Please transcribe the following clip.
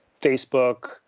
Facebook